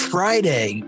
Friday